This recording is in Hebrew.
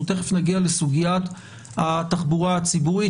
אנחנו מיד נגיע לסוגיית התחבורה הציבורית.